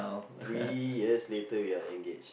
three years later we are engaged